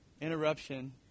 interruption